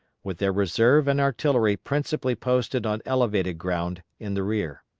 with their reserve and artillery principally posted on elevated ground in the rear.